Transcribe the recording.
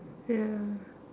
ya